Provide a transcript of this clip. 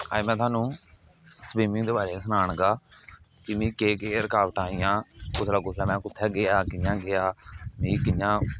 अज्ज में थुहानू स्बिमिंग दे बारे सनान लगा कि मिगी केह् केह् रकावटां आई गेइयां कुस कुस कन्नै में कुत्थे गेआ कियां गेआ मिगी कियां